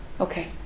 Okay